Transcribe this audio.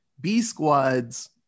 B-Squad's